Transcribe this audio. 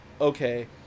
okay